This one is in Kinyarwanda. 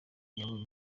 yabonye